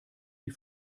die